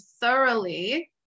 thoroughly